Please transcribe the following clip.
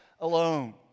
alone